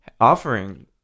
offering